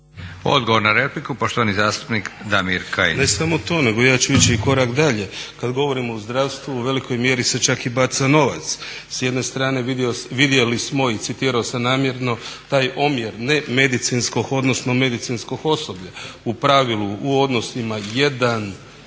Odgovor na repliku, poštovani zastupnik Damir Kajin.